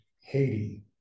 Haiti